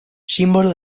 símbolo